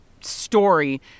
story